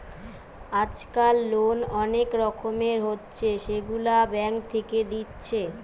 আজকাল লোন অনেক রকমের হচ্ছে যেগুলা ব্যাঙ্ক থেকে দিচ্ছে